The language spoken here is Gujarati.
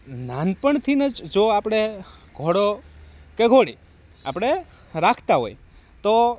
નાનપણથીન જ જો આપણે ઘોડો કે ઘોડી આપણે રાખતા હોય તો